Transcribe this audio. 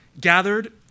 gathered